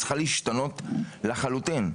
צריך להשתנות לחלוטין.